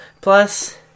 Plus